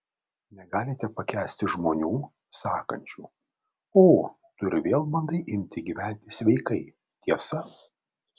negalite pakęsti žmonių sakančių o tu ir vėl bandai imti gyventi sveikai tiesa